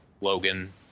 Logan